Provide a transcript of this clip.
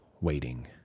waiting